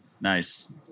nice